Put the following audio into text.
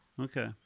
Okay